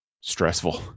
stressful